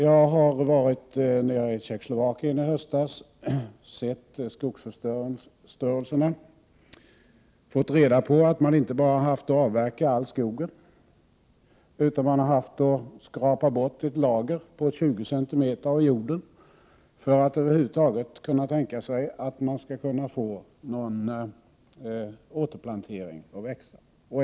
Jag har varit i Tjeckoslovakien i höst och tagit del av skogsförstöringen, och jag har fått reda på att man inte bara haft att avverka all skogen över stora områden utan att man har varit tvungen att skrapa bort ett lager på 20 cm av jorden för att över huvud taget kunna tänka sig att få någon nyplantering att växa.